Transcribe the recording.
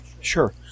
sure